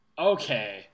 Okay